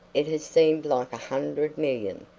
it has seemed like a hundred million.